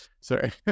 Sorry